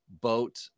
boat